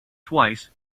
twice